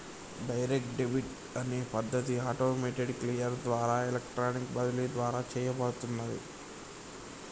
direct debit అనే పద్ధతి automated clear ద్వారా ఎలక్ట్రానిక్ బదిలీ ద్వారా చేయబడుతున్నాది